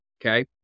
okay